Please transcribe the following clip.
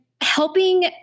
helping